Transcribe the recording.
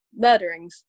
murderings